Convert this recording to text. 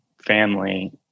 family